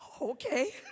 Okay